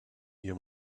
near